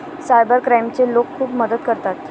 cyber क्राईमचे लोक खूप मदत करतात